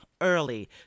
early